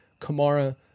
Kamara